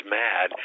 mad